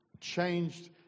changed